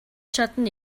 чадна